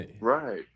right